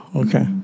okay